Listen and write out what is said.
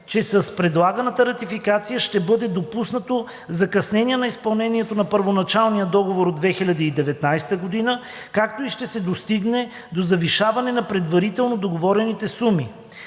че с предлаганата ратификация ще бъде допуснато закъснение на изпълнението на първоначалния договор от 2019 г., както и ще се достигне до завишаване на предварително договорените суми.